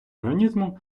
організму